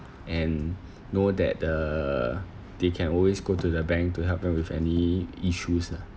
and know that err they can always go to the bank to help them with any issues lah